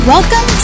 Welcome